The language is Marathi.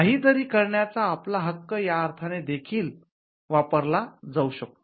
काहीतरी करण्याचा आपला हक्क या अर्थाने देखील वापरला जाऊ शकतो